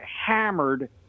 hammered